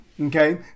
Okay